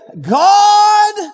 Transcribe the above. God